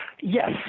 Yes